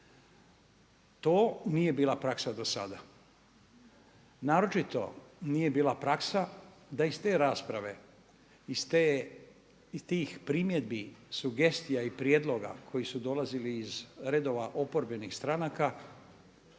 To nije bila praksa dosada. Naročito nije bila praksa da iz te rasprave, iz tih primjedbi, sugestija i prijedloga koji su dolazili iz redova oporbenih stranaka